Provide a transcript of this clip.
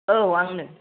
औ आंनो